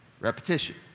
Repetition